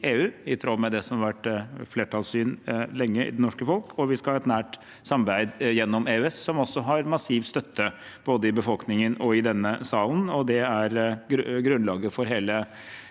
i tråd med det som lenge har vært flertallssyn i det norske folk, og vi skal ha et nært samarbeid gjennom EØS, som også har massiv støtte både i befolkningen og i denne salen. Det er grunnlaget for hele